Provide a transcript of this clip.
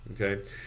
Okay